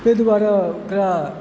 ताहि दुआरे ओकरा